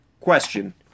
question